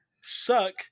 Suck